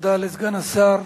תודה לסגן השר